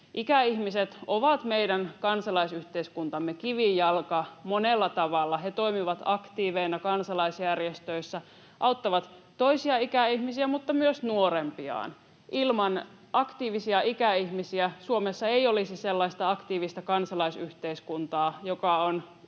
Ikäihmiset ovat meidän kansalaisyhteiskuntamme kivijalka monella tavalla. He toimivat aktiiveina kansalaisjärjestöissä, auttavat toisia ikäihmisiä mutta myös nuorempiaan. Ilman aktiivisia ikäihmisiä Suomessa ei olisi sellaista aktiivista kansalaisyhteiskuntaa, joka on yksi